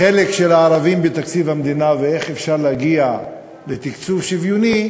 החלק של הערבים בתקציב המדינה ואיך אפשר להגיע לתקצוב שוויוני,